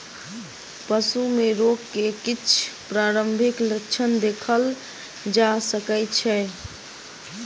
पशु में रोग के किछ प्रारंभिक लक्षण देखल जा सकै छै